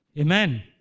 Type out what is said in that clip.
Amen